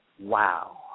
wow